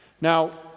now